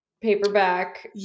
paperback